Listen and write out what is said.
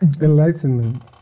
Enlightenment